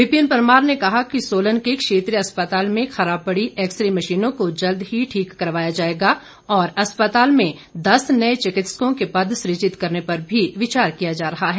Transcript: विपिन परमार ने कहा कि सोलन के क्षेत्रीय अस्पताल में खराब पड़ी एक्स रे मशीनों को जल्द ही ठीक करवाया जाएगा और अस्पताल में दस नए चिकित्सकों के पद सृजित करने पर विचार किया जा रहा है